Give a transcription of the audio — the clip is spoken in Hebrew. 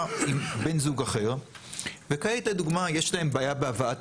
עם בן זוג אחר וכעת לדוגמה יש להם בעיה בהבאת